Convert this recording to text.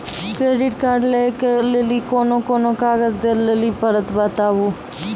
Credit card लै के लेली कोने कोने कागज दे लेली पड़त बताबू?